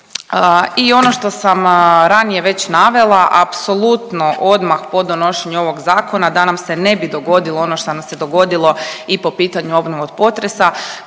I ono što sam ranije već navela, apsolutno odmah po donošenju ovog zakona da nam se ne bi dogodilo ono šta nam se dogodilo i po pitanju obnove od potresa